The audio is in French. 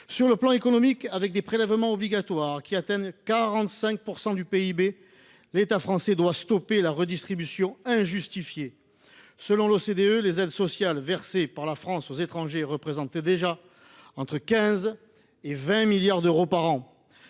Sur le plan économique, avec des prélèvements obligatoires qui atteignent 45 % du PIB, l’État français doit stopper la redistribution injustifiée. Selon l’OCDE, les aides sociales versées par la France aux étrangers représentent déjà 15 à 20 milliards d’euros par an.